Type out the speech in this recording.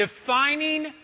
defining